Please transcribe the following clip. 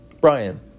Brian